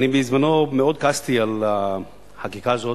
בזמנו מאוד כעסתי על החקיקה הזאת,